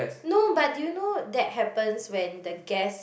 no but do you know that happens when the gas